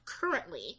currently